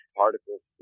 particles